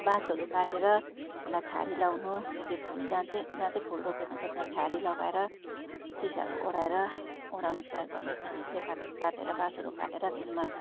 बाँसहरू काटेर त्यसलाई छहारी लगाउनु त्यो फुल जहाँ चाहिँ जहाँ चाहिँ फुल रोपेको हुन्छ त्यहाँ छहारी लगाएर सिसाहरू ओढाएर ओढाउने प्रयोग गर्ने खुकुरीले चाहिँ काट काटेर बाँसहरू काटेर त्यसमा